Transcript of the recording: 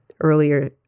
earlier